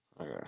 Okay